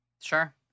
Sure